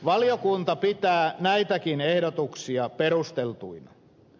valiokunta pitää näitäkin ehdotuksia perusteltuina